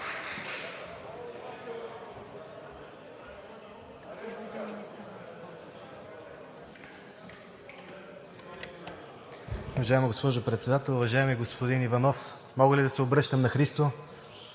Уважаема госпожо Председател! Уважаеми господин Иванов, мога ли да се обръщам на Христо?